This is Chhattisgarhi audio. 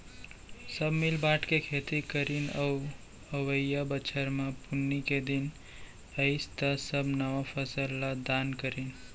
सब मिल बांट के खेती करीन अउ अवइया बछर म पुन्नी के दिन अइस त सब नवा फसल ल दान करिन